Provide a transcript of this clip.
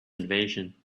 invasion